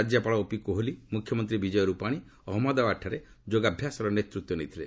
ରାଜ୍ୟପାଳ ଓପି କୋହଲି ମୁଖ୍ୟମନ୍ତ୍ରୀ ବିଜୟ ରୂପାଣି ଅହନ୍ମଦାବାଦ୍ଠାରେ ଯୋଗାଭ୍ୟାସର ନେତୃତ୍ୱ ନେଇଥିଲେ